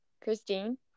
Christine